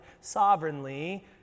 sovereignly